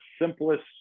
simplest